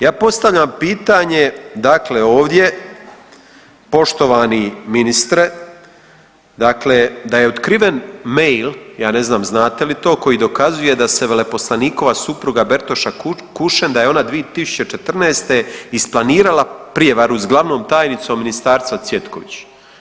Ja postavljam pitanje dakle ovdje poštovani ministre, dakle da je otkriven mail ja ne znam znate li to koji dokazuje da se veleposlanikova supruga Bertoša Kušen da je ona 2014. isplanirala prijevaru s glavnom tajnicom ministarstva Cvjetković.